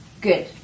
Good